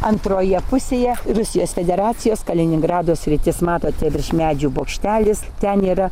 antroje pusėje rusijos federacijos kaliningrado sritis matote virš medžių bokštelis ten yra